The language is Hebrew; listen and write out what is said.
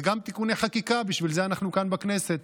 וגם תיקוני חקיקה, בשביל זה אנחנו כאן בכנסת.